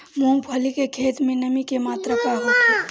मूँगफली के खेत में नमी के मात्रा का होखे?